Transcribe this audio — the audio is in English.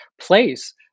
place